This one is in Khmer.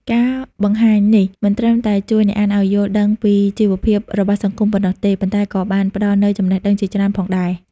ការបង្ហាញនេះមិនត្រឹមតែជួយអ្នកអានឲ្យយល់ដឹងពីជីវភាពរបស់សង្គមប៉ុណ្ណោះទេ ប៉ុន្តែក៏បានផ្តល់នូវចំណេះដឹងជាច្រើនផងដែរ។